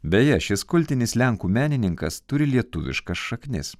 beje šis kultinis lenkų menininkas turi lietuviškas šaknis